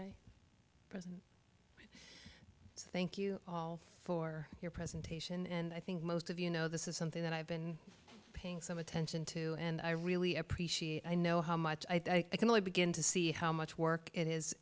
thank you all for your presentation and i think most of you know this is something that i've been paying some attention to and i really appreciate i know how much i can really begin to see how much work it